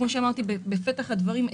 כפי שאמרתי בפתח הדברים,